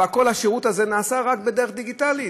כל השירות הזה נעשה רק בדרך דיגיטלית.